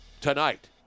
tonight